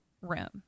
room